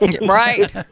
Right